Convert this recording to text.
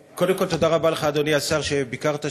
קודם כול, תודה רבה לך, אדוני השר, שביקרת שם.